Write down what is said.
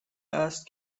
است